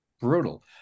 Brutal